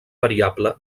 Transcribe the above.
variable